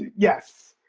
yes.